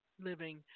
living